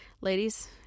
ladies